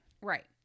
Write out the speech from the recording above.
right